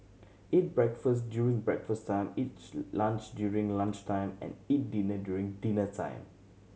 eat breakfast during breakfast time each lunch during lunch time and eat dinner during dinner time